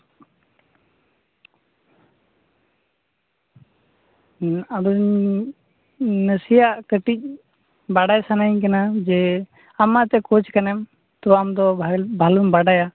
ᱟᱫᱚᱧ ᱱᱟᱥᱮᱭᱟᱜ ᱠᱟᱹᱴᱤᱡ ᱵᱟᱰᱟᱭ ᱥᱟᱱᱟᱧ ᱠᱟᱱᱟ ᱡᱮ ᱟᱢ ᱢᱟ ᱮᱱᱛᱮᱜ ᱠᱳᱪ ᱠᱟᱱᱮᱢ ᱛᱚ ᱟᱢ ᱫᱚ ᱵᱷᱟᱞᱤᱢ ᱵᱟᱰᱟᱭᱟ